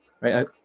Right